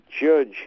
judge